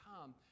come